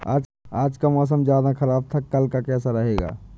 आज का मौसम ज्यादा ख़राब था कल का कैसा रहेगा?